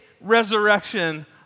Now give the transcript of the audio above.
resurrection